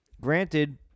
granted